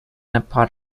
apart